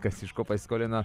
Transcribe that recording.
kas iš ko pasiskolino